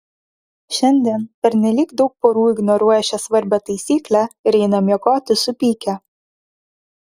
šiandien pernelyg daug porų ignoruoja šią svarbią taisyklę ir eina miegoti supykę